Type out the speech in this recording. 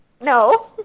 No